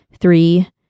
three